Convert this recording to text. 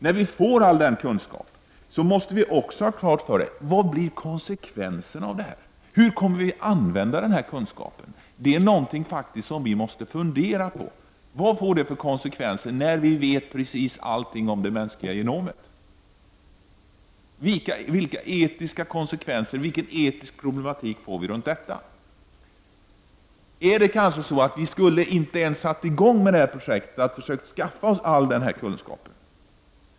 När vi får all denna kunskap måste vi också ha klart för oss vad konsekvensen av den kunskapen blir. Hur kommer vi att använda kunskapen? Det är faktiskt någonting som vi måste fundera på. Vad får det för konsekvenser när vi vet precis allting om det mänskliga genomet? Vilka etiska konsekvenser, vilken etisk problematik får vi runt detta? Vi skulle kanske inte ens ha satt i gång projektet att skaffa oss all denna kunskap.